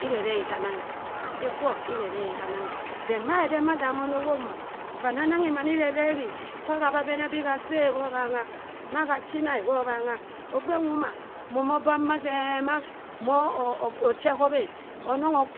irereghi hanange atte-kwo irerehi hananghe but made den mada mono wop mma, vaa nah nanghi mana irereghi kwa hamba abene bii gha asii e, gho bhangha. Maha china e, gho bhangha. ogbe nwoma, moma obar ma se ma, morna ochi chop e. onong oki